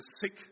sick